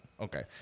Okay